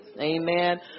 Amen